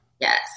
Yes